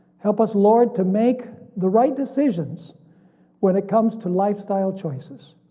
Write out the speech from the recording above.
help us lord to make the right decisions when it comes to lifestyle choices,